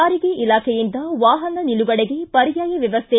ಸಾರಿಗೆ ಇಲಾಖೆಯಿಂದ ವಾಹನ ನಿಲುಗಡೆಗೆ ಪರ್ಯಾಯ ವ್ಕವಸ್ಥೆ